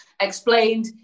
explained